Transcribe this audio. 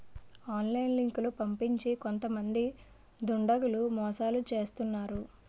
online లింకులు పంపించి కొంతమంది దుండగులు మోసాలు చేస్తున్నారు